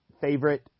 favorite